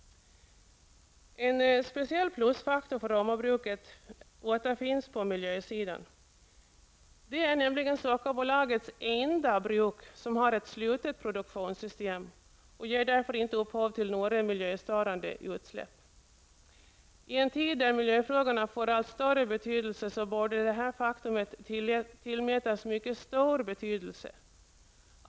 En speciell plusfaktor för Romabruket återfinns på miljösidan. Det är Sockerbolagets enda bruk som har ett slutet produktionssystem och som inte ger upphov till några miljöstörande utsläpp. I en tid när miljöfrågorna får allt större betydelse borde detta faktum tillmätas mycket stor vikt.